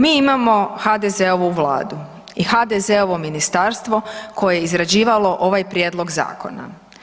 Mi imamo HDZ-ovu vladu i HDZ-ovo Ministarstvo koje je izrađivalo ovaj prijedlog Zakona.